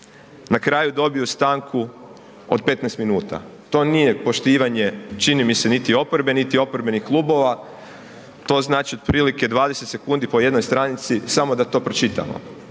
na kraju dobiju stanku od 15 minuta. To nije poštivanje čini mi se, niti oporbe niti oporbenih klubova, to znači otprilike 20 sekundi po jednoj stranici samo da to pročitamo.